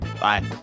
Bye